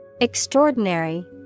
Extraordinary